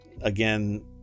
again